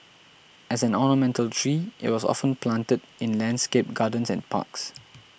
as an ornamental tree it was often planted in landscaped gardens and parks